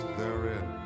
therein